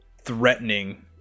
threatening